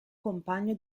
compagno